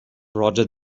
roger